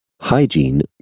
Hygiene